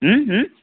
হুম হুম